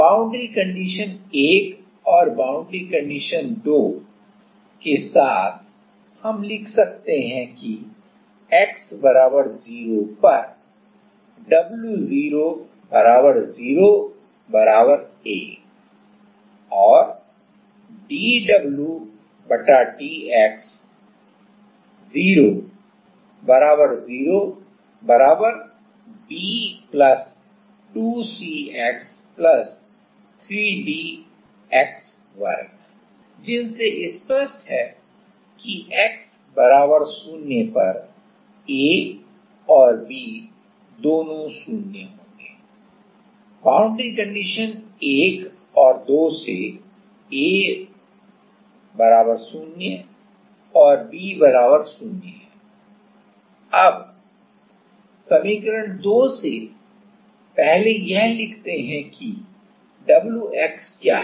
अब boundary condition 1 और boundary condition 2 के साथ हम लिख सकते हैं कि x0 पर w0A और dw dx 0 B 2Cx 3Dx2 जिनसे स्पष्ट है की x0 पर A और B दोनों 0 होंगे बाउंड्री कंडीशन 1 और 2 से A 0 और B 0 है अब अब समीकरण 2 से पहले यह लिखते हैं कि wx क्या है